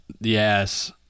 Yes